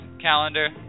calendar